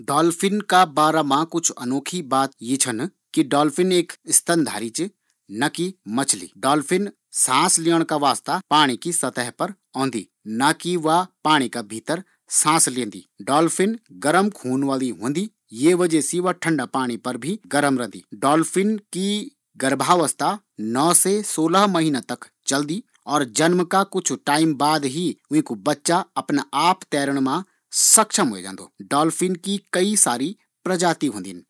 डॉल्फिन का बारा मा कुछ ख़ास बात यी छन कि डॉल्फिन एक स्तनधारी च, न कि मछली। डॉल्फिन सांस लेण का वास्ता पाणी की सतह पर औन्दी न कि वा पाणी का भीतर सांस लेंदी। डॉल्फिन गर्म खून वाली होंदी, ये वजह सी वाला ठंडा पाणी मा भी गर्म रंदी। डॉल्फिन की गर्भवस्था नौ से सोलह महीना की होंदी।